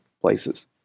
places